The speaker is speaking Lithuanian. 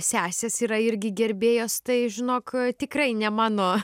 sesės yra irgi gerbėjos tai žinok tikrai ne mano